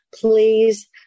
please